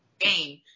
game